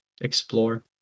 explore